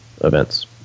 events